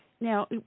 now